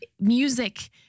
music